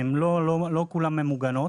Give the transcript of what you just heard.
לא כולן ממוגנות,